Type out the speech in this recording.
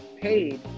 paid